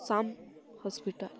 sum hospital